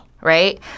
right